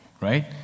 right